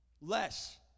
Less